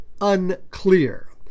unclear